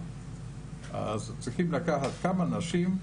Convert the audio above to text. אז צריכים לקחת כמה נשים,